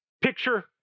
Picture